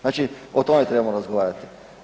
Znači o tome trebamo razgovarati.